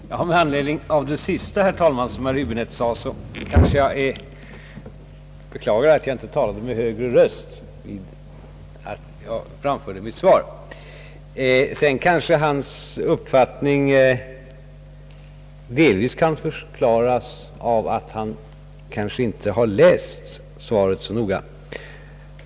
Herr talman! Med anledning av det sista som herr Häbinette sade beklagar jag att jag inte talade med högre röst när jag framförde mitt svar — hans uppfattning kanske delvis kan förklaras av att han inte har läst svaret så noga.